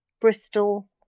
Bristol